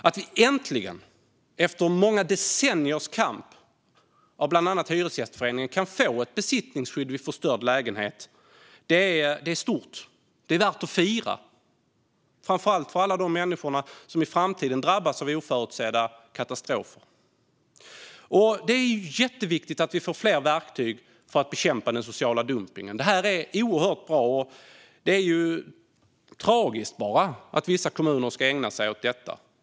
Att vi äntligen, efter många decenniers kamp av bland annat Hyresgästföreningen, får ett besittningsskydd vid förstörd lägenhet är stort och värt att fira, framför allt för alla de människor som i framtiden drabbas av oförutsedda katastrofer. Det är jätteviktigt att vi får fler verktyg för att bekämpa den sociala dumpningen. Det är oerhört bra, och det är bara tragiskt att vissa kommuner ägnar sig åt detta.